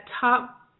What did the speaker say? top